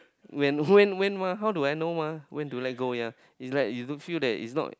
when when when mah how do I know mah when to let go yea it's like you don't feel that it's not